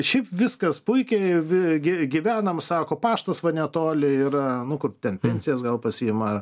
šiaip viskas puikiai gy gyvenam sako paštas va netoli yra nu kur ten pensijas gal pasiima